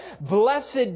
blessed